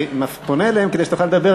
אני פונה אליהם כדי שתוכל לדבר,